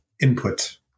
Input